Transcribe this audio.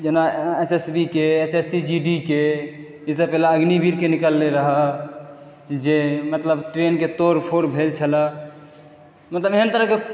जेना S S B के S S C G D के ई सभके पहिले अग्निवीरके निकलल रहय जे मतलब ट्रेनके तोड़फोड़ भेल छलह मतलब एहन तरहके